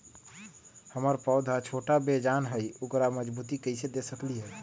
हमर पौधा छोटा बेजान हई उकरा मजबूती कैसे दे सकली ह?